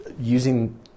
using